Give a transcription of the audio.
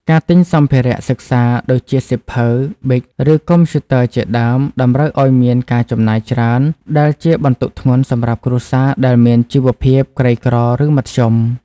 ការទិញសម្ភារៈសិក្សាដូចជាសៀវភៅ ប៊ិច ឬកុំព្យូទ័រ ជាដើម តម្រូវឲ្យមានការចំណាយច្រើន ដែលជាបន្ទុកធ្ងន់សម្រាប់គ្រួសារដែលមានជីវភាពក្រីក្រឬមធ្យម។